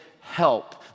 help